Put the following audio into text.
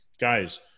Guys